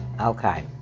Okay